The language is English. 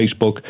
Facebook